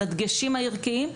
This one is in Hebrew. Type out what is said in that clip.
על הדגשים הערכיים,